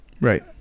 Right